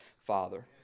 father